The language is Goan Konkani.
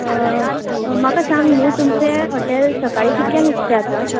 म्हाका सांग न्हू तूमचे हॉटेल सकाळी कितक्यांक उक्ते जाता